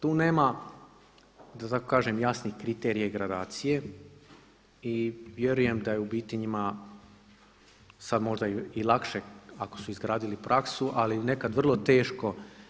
Tu nema da tako kažem jasnih kriterija i gradacije i vjerujem da je u biti njima sad možda i lakše ako su izgradili praksu, ali nekad vrlo teško.